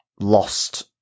lost